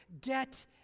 Get